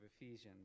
Ephesians